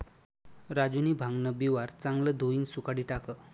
राजूनी भांगन बिवारं चांगलं धोयीन सुखाडी टाकं